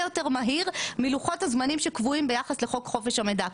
יותר מהיר מאשר לוחות הזמנים שקבועים ביחס לחוק חופש המידע.